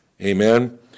Amen